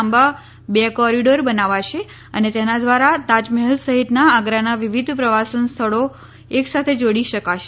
લાંબા બે કોરીડોર બનાવશે અને તેના ધ્વારા તાજમહેલ સફીતના આગ્રાના વિવિધ પ્રવાસન સ્થળો એકસાથે જોડી શકાશે